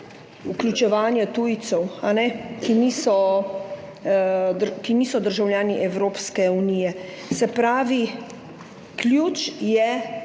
vključevanja tujcev, ki niso državljani Evropske unije. Se pravi, ključ je